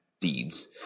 deeds